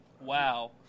Wow